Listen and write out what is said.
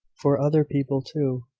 for other people, too,